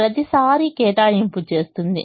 ప్రతిసారీ కేటాయింపు చేస్తుంది